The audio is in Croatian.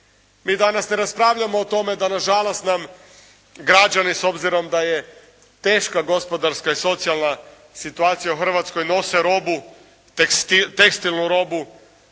Mi danas ne raspravljamo o tome da nažalost nam građani s obzirom da je teška gospodarska i socijalna situacija u Hrvatskoj nose robu, tekstilnu robu